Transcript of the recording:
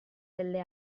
delle